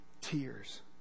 tears